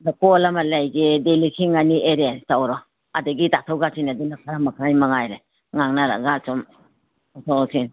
ꯑꯗꯣ ꯀꯣꯟ ꯑꯃ ꯂꯩꯒꯦꯗꯤ ꯂꯤꯁꯤꯡ ꯑꯅꯤ ꯑꯦꯔꯦꯟꯖ ꯇꯧꯔꯣ ꯑꯗꯒꯤ ꯇꯥꯊꯣꯛ ꯇꯥꯁꯤꯟ ꯑꯨꯗꯅ ꯈꯔ ꯃꯈꯩ ꯃꯉꯥꯏꯔꯦ ꯉꯥꯡꯅꯔꯒ ꯑꯁꯨꯝ ꯂꯧꯊꯣꯛ ꯂꯧꯁꯤꯟ